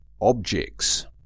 Objects